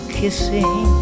kissing